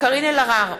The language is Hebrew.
קארין אלהרר,